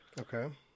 Okay